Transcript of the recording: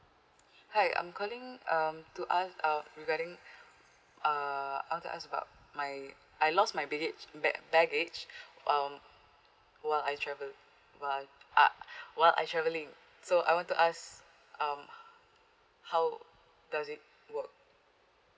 hi I'm calling um to ask uh regarding uh I want to ask about my I lost my baggage bag baggage um while I travel while uh while I travelling so I want to ask um how does it work